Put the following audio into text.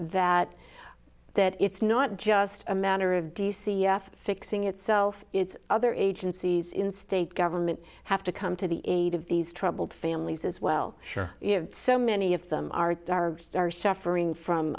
that that it's not just a matter of d c fixing itself it's other agencies in state government have to come to the aid of these troubled families as well sure you know so many of them are star suffering